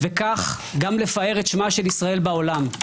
וכך גם לפאר את שמה של ישראל בעולם.